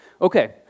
Okay